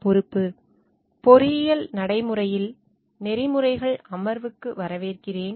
பொறியியல் நடைமுறையில் நெறிமுறைகள் அமர்வுக்கு வரவேற்கிறேன்